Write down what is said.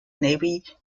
navy